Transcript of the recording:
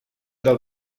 del